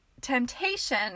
temptation